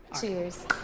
Cheers